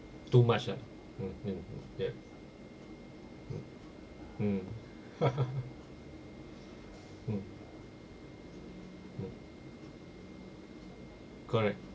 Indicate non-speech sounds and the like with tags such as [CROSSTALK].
too much ah mm mm mm ya mm mm [LAUGHS] mm mm correct